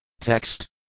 Text